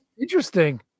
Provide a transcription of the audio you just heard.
Interesting